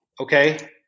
Okay